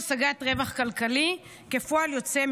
הזה בהצלת חיים ולפיכך תמכה בו בוועדת השרים